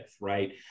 Right